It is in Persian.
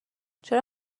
چرا